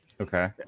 Okay